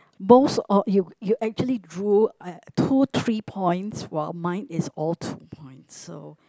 both of you you actually grow at two three points while mine is O two points so